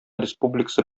республикасы